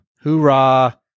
Hoorah